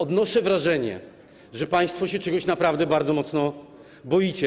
Odnoszę wrażenie, że państwo się czegoś naprawdę bardzo mocno boicie.